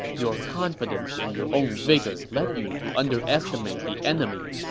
your confidence in your own vigor led you to underestimate the enemy,